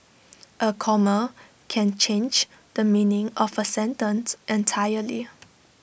A comma can change the meaning of A sentence entirely